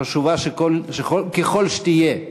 חשובה ככל שתהיה,